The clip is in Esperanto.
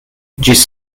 ĝis